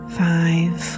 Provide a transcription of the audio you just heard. five